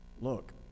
Look